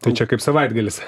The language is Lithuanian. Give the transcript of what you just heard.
tai čia kaip savaitgalis